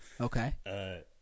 Okay